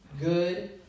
good